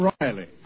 Riley